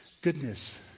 Goodness